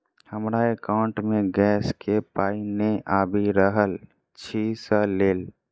हमरा एकाउंट मे गैस केँ पाई नै आबि रहल छी सँ लेल?